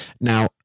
Now